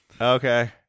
okay